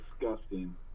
disgusting